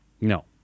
No